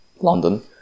London